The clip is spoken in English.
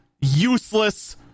useless